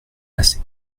assez